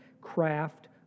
craft